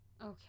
Okay